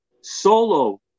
solo